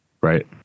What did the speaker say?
Right